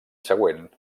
següent